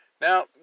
Now